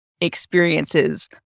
experiences